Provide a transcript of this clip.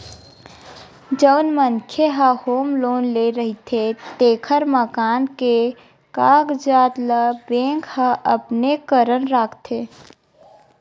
जउन मनखे ह होम लोन ले रहिथे तेखर मकान के कागजात ल बेंक ह अपने करन राखथे